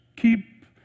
keep